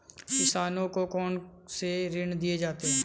किसानों को कौन से ऋण दिए जाते हैं?